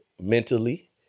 mentally